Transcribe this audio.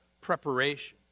preparation